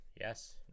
Yes